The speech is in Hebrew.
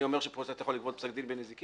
אני אומר שאתה יכול --- פסק דין בנזיקין?